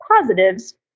positives